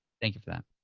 thank you for that.